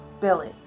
Billy